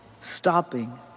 stopping